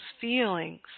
feelings